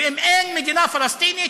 ואם אין מדינה פלסטינית,